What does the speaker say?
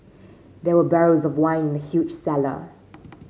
there were barrels of wine in the huge cellar